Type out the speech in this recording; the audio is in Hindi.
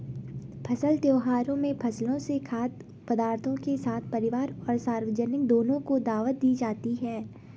फसल त्योहारों में फसलों से खाद्य पदार्थों के साथ परिवार और सार्वजनिक दोनों को दावत दी जाती है